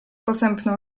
posępną